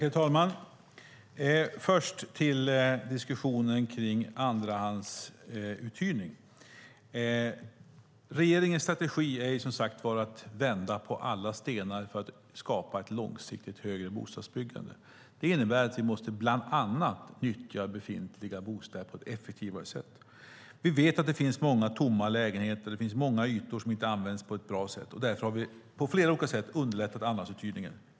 Herr talman! Jag vill börja med diskussionen om andrahandsuthyrning. Regeringens strategi är som sagt att vända på alla stenar för att skapa ett långsiktigt högre bostadsbyggande. Det innebär att vi bland annat måste nyttja befintliga bostäder på ett effektivare sätt. Vi vet att det finns många tomma lägenheter och många ytor som inte används på ett bra sätt. Därför har vi på flera olika sätt underlättat andrahandsuthyrningen.